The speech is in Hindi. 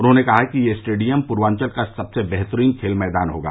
उन्होंने कहा कि यह स्टेडियम पूर्वांचल का सबसे बेहतरीन खेल मैदान होगा